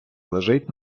лежить